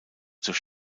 durch